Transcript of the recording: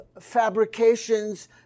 fabrications